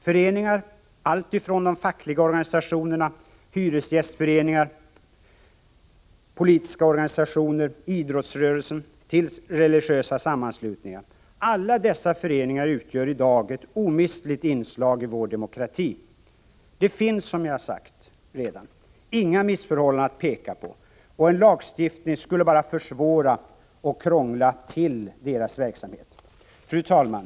Föreningar, alltifrån de fackliga organisationerna, hyresgästföreningar och politiska organisationer till idrottsrörelsen och religiösa sammanslutningar, utgör i dag ett omistligt inslag i vår demokrati. Det finns, som jag redan sagt, inga missförhållanden att peka på, och en lagstiftning skulle bara försvåra och krångla till deras verksamhet. Fru talman!